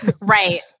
Right